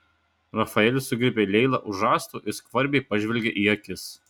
rafaelis sugriebė leilą už žastų ir skvarbiai pažvelgė į akis